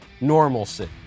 normalcy